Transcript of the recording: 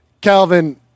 Calvin